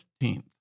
15th